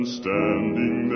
standing